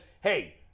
hey